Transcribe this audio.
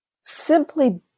simply